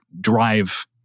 drive